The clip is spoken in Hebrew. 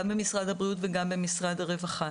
גם במשרד הבריאות וגם במשרד הרווחה.